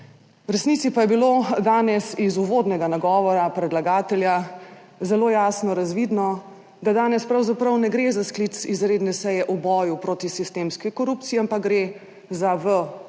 V resnici pa je bilo danes iz uvodnega nagovora predlagatelja zelo jasno razvidno, da danes pravzaprav ne gre za sklic izredne seje o boju proti sistemski korupciji, ampak gre za izredno